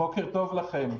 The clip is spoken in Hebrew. בוקר טוב לכם.